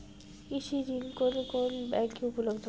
কৃষি ঋণ কোন কোন ব্যাংকে উপলব্ধ?